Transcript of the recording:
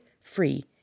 free